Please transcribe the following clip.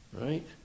Right